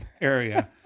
area